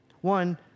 One